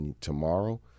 tomorrow